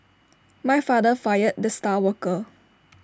my father fired the star worker